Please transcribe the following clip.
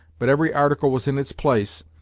but every article was in its place,